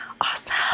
awesome